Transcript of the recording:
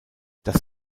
das